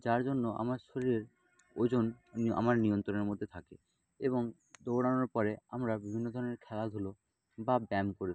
যার জন্য আমার শরীরের ওজন আমার নিয়ন্ত্রণের মধ্যে থাকে এবং দৌড়ানোর পরে আমরা বিভিন্ন ধরনের খেলাধুলো বা ব্যায়াম করে থাকি